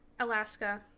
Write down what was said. Alaska